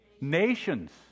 nations